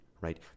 right